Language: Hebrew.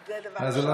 זה דבר ראשון.